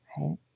right